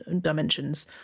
dimensions